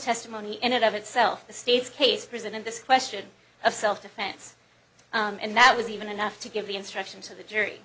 testimony in and of itself the state's case presented this question of self defense and that was even enough to give the instructions to the jury